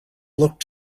looked